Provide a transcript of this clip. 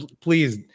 please